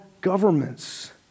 governments